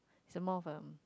he's more of a